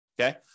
Okay